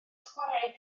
sgwariau